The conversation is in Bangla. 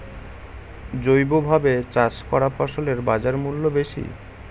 জৈবভাবে চাষ করা ফসলের বাজারমূল্য বেশি